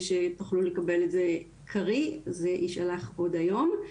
שתוכלו לקבל את זה קריא וזה יישלח אליכם עוד היום.